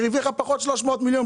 היא הרוויח פחות 300 מיליון,